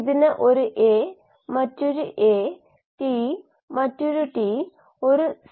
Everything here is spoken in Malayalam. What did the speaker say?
ഇവിടെ 5 നിരക്കുകളും ഉണ്ട് r പൂജ്യം r 1 r 2 r 3 r 4